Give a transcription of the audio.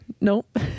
Nope